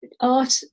art